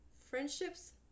Friendships